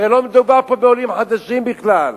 הרי לא מדובר פה בעולים חדשים בכלל.